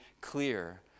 clear